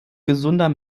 gesunder